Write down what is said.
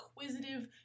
inquisitive